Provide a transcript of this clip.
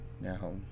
Now